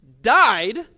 died